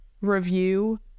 review